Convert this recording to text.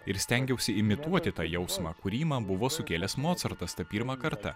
ir stengiausi imituoti tą jausmą kurį man buvo sukėlęs mocartas tą pirmą kartą